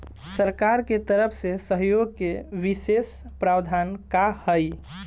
सरकार के तरफ से सहयोग के विशेष प्रावधान का हई?